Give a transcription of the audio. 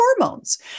hormones